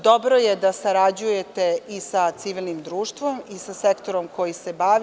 Dobro je da sarađujete i sa civilnim društvom i sa sektorom koji se bavi.